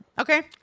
Okay